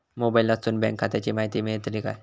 मोबाईलातसून बँक खात्याची माहिती मेळतली काय?